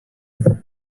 londres